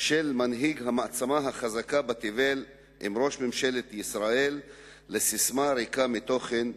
של מנהיג המעצמה החזקה בתבל עם ראש ממשלת ישראל לססמה ריקה מתוכן,